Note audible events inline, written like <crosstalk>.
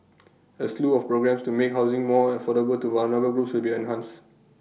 <noise> A slew of programmes to make housing more affordable to vulnerable groups will be enhanced